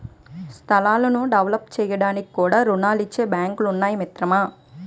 స్థలాలను డెవలప్ చేయడానికి కూడా రుణాలిచ్చే బాంకులు ఉన్నాయి మిత్రమా